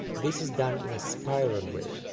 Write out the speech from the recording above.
this is done in a spiral way,